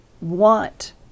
want